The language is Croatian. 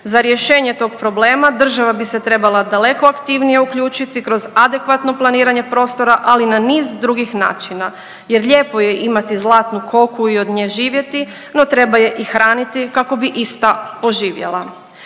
Za rješenje tog problema država bi se trebala daleko aktivnije uključiti kroz adekvatno planiranje prostora, ali i na niz drugih načina jer lijepo je imati zlatnu koku i od nje živjeti, no treba je i hraniti kako bi ista poživjela.